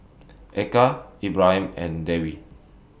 Eka Ibrahim and Dewi